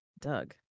doug